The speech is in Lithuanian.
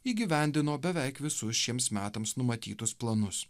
įgyvendino beveik visus šiems metams numatytus planus